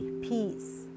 peace